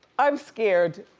i'm scared